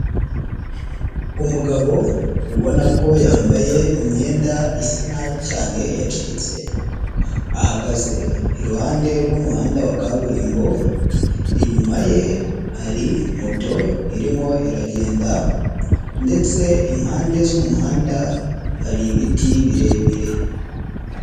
Umugabo ubona ko yambaye imyenda isa nabi cyane yacitse, ahagaze iruhande rwumuhanda wa kaburimbo. Inyuma ye hari moto irimo iragenda ndetse impande z'umuhanda hari ibiti birebire.